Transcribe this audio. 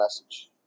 message